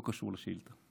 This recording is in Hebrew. לא קשור לשאילתה.